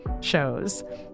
shows